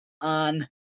on